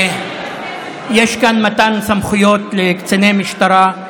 יש כאן מתן סמכויות לקציני משטרה,